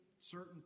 certain